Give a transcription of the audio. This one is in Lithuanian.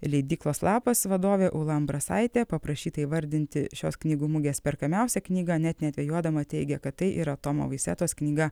leidyklos lapas vadovė ūla ambrasaitė paprašyta įvardinti šios knygų mugės perkamiausią knygą net nedvejodama teigia kad tai yra tomo vaisetos knyga